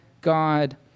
God